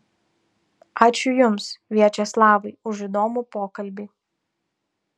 ačiū jums viačeslavai už įdomų pokalbį